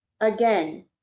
Again